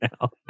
now